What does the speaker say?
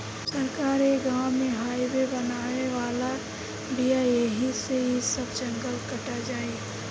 सरकार ए गाँव में हाइवे बनावे वाला बिया ऐही से इ सब जंगल कटा जाई